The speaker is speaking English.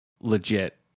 legit